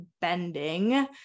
bending